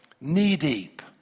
knee-deep